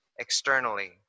Externally